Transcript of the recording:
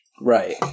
Right